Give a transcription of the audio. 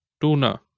Tuna